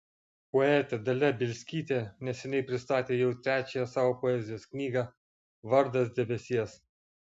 poetė dalia bielskytė neseniai pristatė jau trečiąją savo poezijos knygą vardas debesies